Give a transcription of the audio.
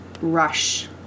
rush